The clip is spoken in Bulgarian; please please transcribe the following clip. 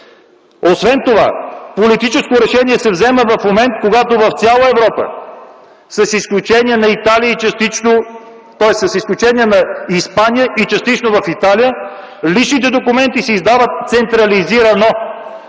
Освен това политическото решение се взема в момент, когато в цяла Европа, с изключение на Испания и частично в Италия, личните документи се издават централизирано,